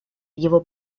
его